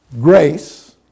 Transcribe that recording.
grace